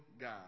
God